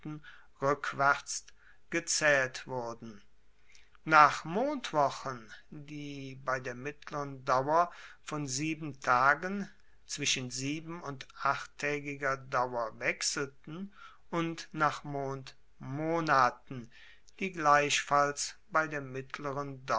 rueckwaerts gezaehlt wurden nach mondwochen die bei der mittleren dauer von tagen zwischen sieben und achttaegiger dauer wechselten und nach mondmonaten die gleichfalls bei der mittleren